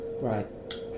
Right